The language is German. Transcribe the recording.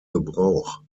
gebrauch